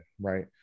right